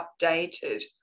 updated